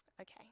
Okay